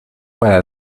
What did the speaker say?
para